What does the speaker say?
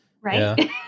right